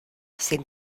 sin